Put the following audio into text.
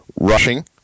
rushing